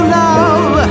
love